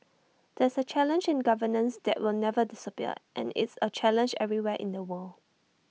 that's A challenge in governance that will never disappear and is A challenge everywhere in the world